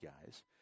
guys